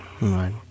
Right